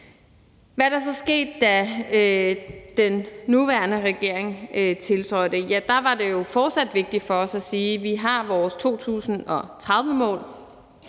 Hvad skete der så, da den nuværende regering tiltrådte? Ja, der var det jo fortsat vigtigt for os at sige: Vi har vores 2030-mål,